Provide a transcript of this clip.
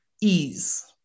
ease